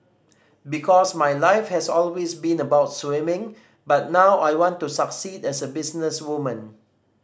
because my life has always been about swimming but now I want to succeed as a businesswoman